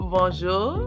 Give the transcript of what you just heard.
Bonjour